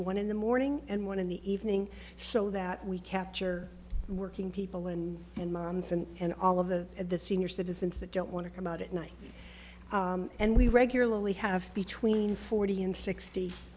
one in the morning and one in the evening so that we capture working people and and moms and all of the the senior citizens that don't want to come out at night and we regularly have between forty and sixt